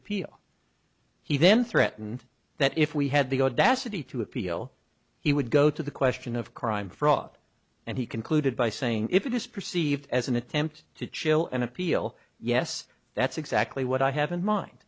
appeal he then threatened that if we had the audacity to appeal he would go to the question of crime fraud and he concluded by saying if it is perceived as an attempt to chill an appeal yes that's exactly what i have in mind